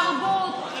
תרבות,